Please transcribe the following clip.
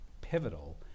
pivotal